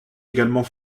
également